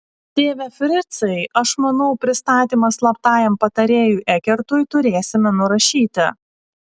tėve fricai aš manau pristatymą slaptajam patarėjui ekertui turėsime nurašyti